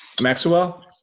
Maxwell